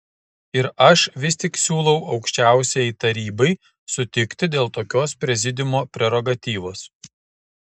ir aš vis tik siūlau aukščiausiajai tarybai sutikti dėl tokios prezidiumo prerogatyvos